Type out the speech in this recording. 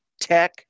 tech